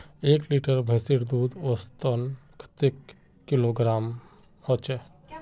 एक लीटर भैंसेर दूध औसतन कतेक किलोग्होराम ना चही?